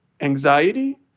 anxiety